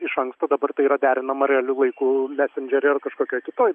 iš anksto dabar tai yra derinama realiu laiku mesendžery ir kažkokioj kitoj